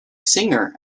singer